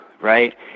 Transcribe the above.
right